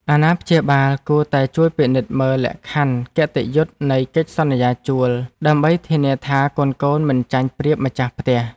អាណាព្យាបាលគួរតែជួយពិនិត្យមើលលក្ខខណ្ឌគតិយុត្តនៃកិច្ចសន្យាជួល ដើម្បីធានាថាកូនៗមិនចាញ់ប្រៀបម្ចាស់ផ្ទះ។